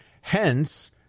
Hence